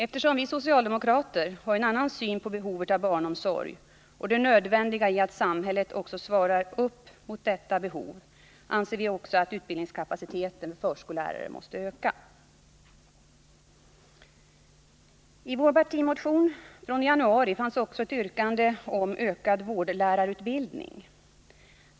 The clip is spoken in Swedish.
Eftersom vi socialdemokrater har en annan syn på behovet av barnomsorg och det nödvändiga i att samhället också svarar upp mot detta behov anser vi också att utbildningskapaciteten när det gäller förskollärare måste öka. I vår partimotion från januari fanns också ett yrkande om ökad vårdlärarutbildning.